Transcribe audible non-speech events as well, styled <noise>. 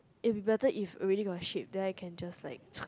it will be better if already got a shape then I can just like <noise>